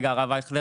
הרב אייכלר.